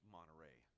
Monterey